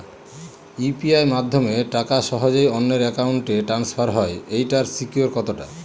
UPI মাধ্যমে টাকা সহজেই অন্যের অ্যাকাউন্ট ই ট্রান্সফার হয় এইটার সিকিউর কত টা?